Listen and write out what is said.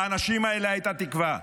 לאנשים האלה הייתה תקווה,